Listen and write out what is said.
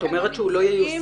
את אומרת שהוא לא ייושם,